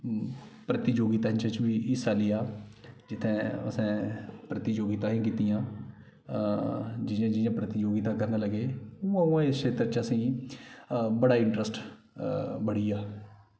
प्रतियोगिता च बी हिस्सा लेआ जित्थें असें प्रतियोगिताएं कीतियां जि'यां जि'यां प्रतियोगिताएं करन लग्गे उ'आं उ'आं इस क्षेत्र च असें ई बड़ा इंटरस्ट बनी गेआ